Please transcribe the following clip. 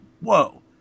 whoa